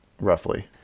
roughly